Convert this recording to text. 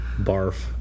Barf